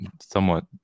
somewhat